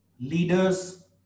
Leaders